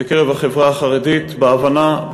בקרב החברה החרדית בהבנה,